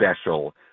special